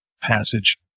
passage